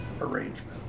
arrangement